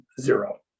zero